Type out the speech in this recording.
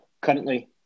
currently